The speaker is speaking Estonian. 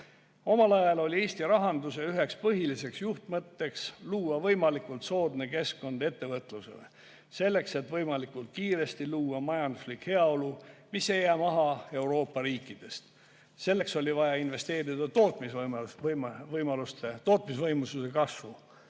Omal ajal oli Eesti rahanduse üheks põhiliseks juhtmõtteks luua võimalikult soodne keskkond ettevõtlusele, et võimalikult kiiresti kasvatada meie majanduslikku heaolu, mis ei jääks maha Euroopa riikide omast. Selleks oli vaja investeerida tootmisvõimsuse kasvu.